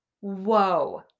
whoa